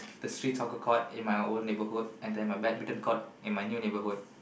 the street soccer court in my old neighbourhood and a badminton court in my new neighbourhood